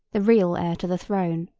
the real heir to the throne.